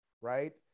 Right